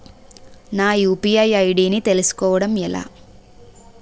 నా UPI ID ని తెలుసుకోవడం ఎలా?